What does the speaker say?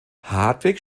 hartwig